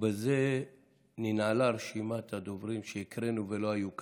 ובזה ננעלה רשימת הדוברים שהקראנו ולא היו כאן.